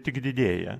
tik didėja